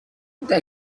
the